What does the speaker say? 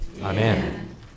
Amen